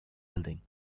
building